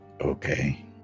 Okay